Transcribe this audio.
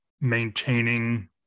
maintaining